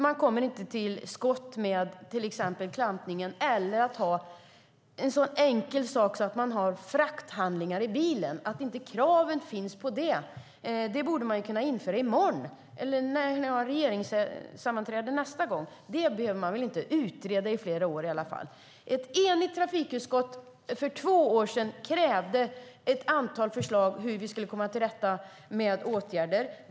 Man kommer inte till skott med till exempel klampningen eller med en så enkel sak som att det ska vara krav på att frakthandlingar ska finnas i bilen, som borde kunna införas i morgon eller när ni har regeringssammanträde nästa gång. Det behöver man inte utreda i flera år. I ett antal förslag för två år sedan krävde ett enigt trafikutskott åtgärder i fråga om hur vi skulle komma till rätta med detta.